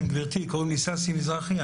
קוראים לי ששי מזרחי,